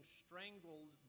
strangled